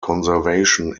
conservation